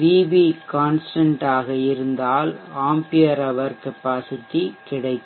VP கான்ஷ்டன்ட்டாக மாறிலி இருந்தால் ஆம்பியர் ஹவர் கெப்பாசிட்டி திறன் கிடைக்கும்